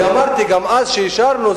אמרתי שגם אז כשאישרנו,